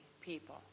people